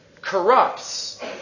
corrupts